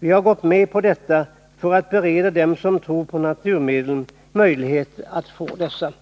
Vi har gått med på detta för att bereda dem som tror på naturmedlen möjlighet att få dessa.